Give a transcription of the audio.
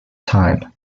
time